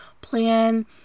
Plan